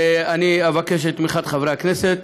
ואני אבקש את תמיכת חברי הכנסת.